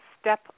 step